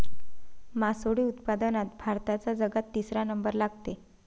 मासोळी उत्पादनात भारताचा जगात तिसरा नंबर लागते